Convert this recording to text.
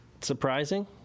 surprising